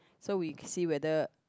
so we see whether